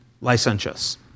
licentious